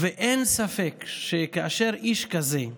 אין ספק, כאשר איש כזה,